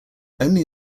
only